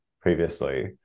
previously